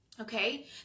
Okay